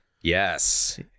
Yes